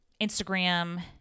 Instagram